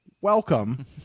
welcome